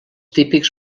típics